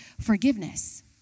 forgiveness